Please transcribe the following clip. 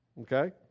okay